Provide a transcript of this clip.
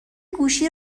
گوشی